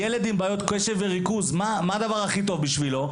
ילד עם בעיות קשב וריכוז, מה הדבר הכי טוב בשבילו?